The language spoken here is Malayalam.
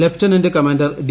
lieutenant commander D